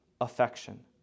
affection